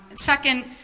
Second